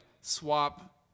swap